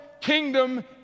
kingdom